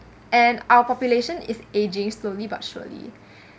and our population is ageing slowly but surely